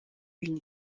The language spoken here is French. une